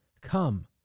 Come